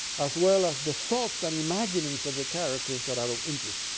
as well as the thoughts and imaginings of the characters that are of interest.